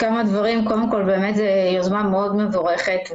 קודם כול, זאת יוזמה מאוד מבורכת.